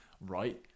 right